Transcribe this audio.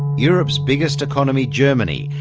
europe's biggest economy, germany,